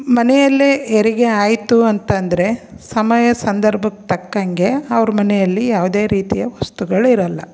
ಮನೆಯಲ್ಲೇ ಹೆರಿಗೆ ಆಯಿತು ಅಂತಂದರೆ ಸಮಯ ಸಂದರ್ಭಕ್ಕೆ ತಕ್ಕಂಗೆ ಅವ್ರ ಮನೆಯಲ್ಲಿ ಯಾವುದೇ ರೀತಿಯ ವಸ್ತುಗಳು ಇರೋಲ್ಲ